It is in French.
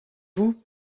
vous